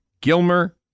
Gilmer